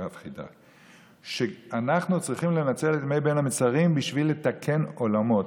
הרב חיד"א: שאנחנו צריכים לנצל את ימי בין המצרים בשביל לתקן עולמות,